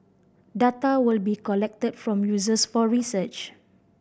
data will be collected from users for research